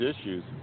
issues